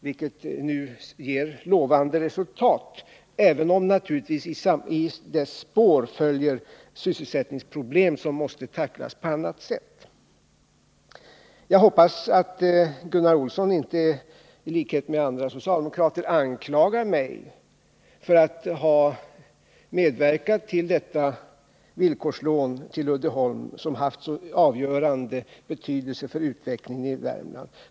Detta ger ju lovande resultat, även om naturligtvis i spåren följer sysselsättningsproblem som måste tacklas på annat sätt. Jag hoppas att Gunnar Olsson inte i likhet med andra socialdemokrater anklagar mig för att jag medverkat till detta villkorslån till Uddeholm, som haft så avgörande betydelse för utvecklingen i Värmland.